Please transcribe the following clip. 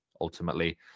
Ultimately